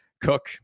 cook